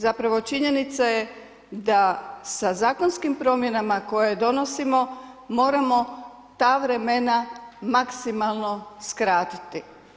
Zapravo činjenica je da sa zakonskim promjenama koje donosimo moramo ta vremena maksimalno skratiti.